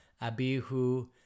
Abihu